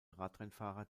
radrennfahrer